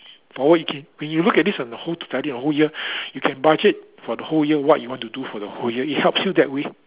forward you can when you look at this whole to tidy your the whole year you can budget for the whole year what you want to do for the whole year it helps you that way